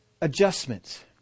adjustments